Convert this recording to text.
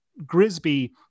Grisby